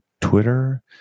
Twitter